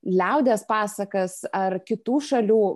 liaudies pasakas ar kitų šalių